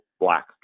black